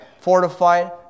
Fortified